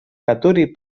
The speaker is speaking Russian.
которые